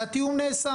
והתיאום נעשה.